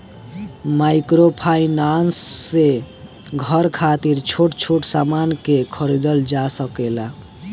microfinance से घर खातिर छोट छोट सामान के खरीदल जा सकेला